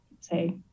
say